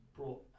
brought